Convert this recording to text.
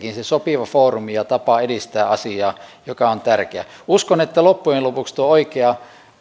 se sopiva foorumi ja tapa edistää asiaa joka on tärkeä uskon että loppujen lopuksi löytyy tuo oikea